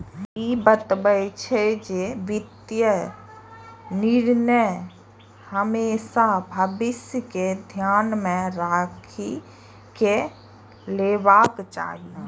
ई बतबै छै, जे वित्तीय निर्णय हमेशा भविष्य कें ध्यान मे राखि कें लेबाक चाही